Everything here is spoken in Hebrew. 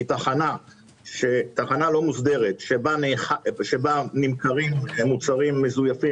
כי תחנה לא מוסדרת שבה נמכרים מוצרים מזויפים